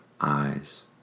eyes